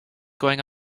going